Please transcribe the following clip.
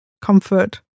comfort